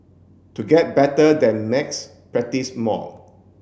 to get better than maths practise more